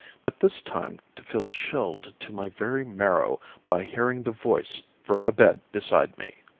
but this time to feel chilled to my very marrow by hearing the voice from the bed beside me